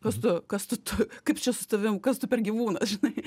kas tu kas tu tu kaip čia su tavim kas tu per gyvūnas žinai